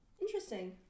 interesting